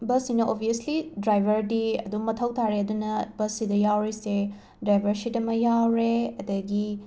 ꯕꯁꯁꯤꯅ obviously ꯗ꯭ꯔꯥꯏꯕꯔꯗꯤ ꯑꯗꯨꯝ ꯃꯊꯧ ꯇꯥꯔꯦ ꯑꯗꯨꯅ ꯕꯁꯁꯤꯗ ꯌꯥꯎꯔꯤꯁꯦ ꯗ꯭ꯔꯥꯏꯕꯔ ꯁꯤꯠ ꯑꯃ ꯌꯥꯎꯔꯦ ꯑꯗꯒꯤ